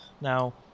Now